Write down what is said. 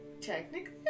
technically